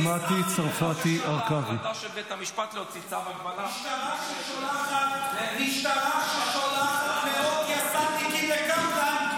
אמרתי דבר אחד: משטרה שמתנהלת כפי שמשטרת ישראל תחת בן גביר מתנהלת,